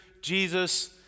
Jesus